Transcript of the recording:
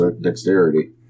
dexterity